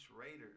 Raiders